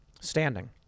Standing